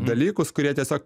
dalykus kurie tiesiog